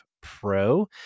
pro